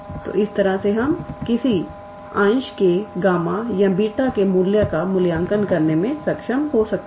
तो इस तरह से हम किसी अंश के गामा या बीटा के मूल्य का मूल्यांकन करने में सक्षम हो सकते हैं